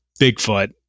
Bigfoot